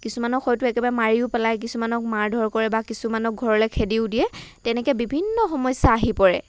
কিছুমানক হয়তো একেবাৰে মাৰিও পেলায় কিছুমানক মাৰ ধৰ কৰে কিছুমানক ঘৰলৈ খেদিও দিয়ে তেনেকৈ বিভিন্ন সমস্যা আহি পৰে